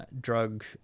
drug